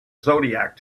zodiac